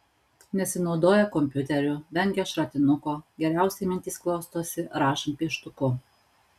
nesinaudoja kompiuteriu vengia šratinuko geriausiai mintys klostosi rašant pieštuku